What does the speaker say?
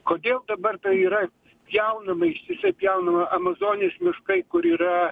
kodėl dabar tai yra pjaunama ištisai pjaunama amazonės miškai kur yra